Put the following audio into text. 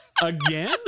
Again